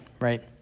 Right